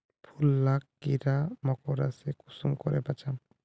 फूल लाक कीड़ा मकोड़ा से कुंसम करे बचाम?